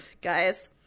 Guys